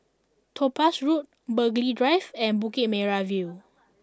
Topaz Road Burghley Drive and Bukit Merah View